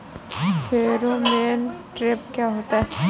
Pheromone trap क्या होता है?